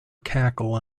cackle